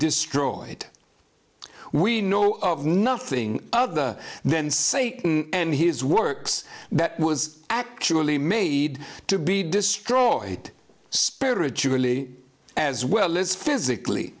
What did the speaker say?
destroyed we know of nothing other then satan and his works that was actually made to be destroyed spiritually as well as physically